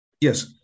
Yes